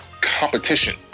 competition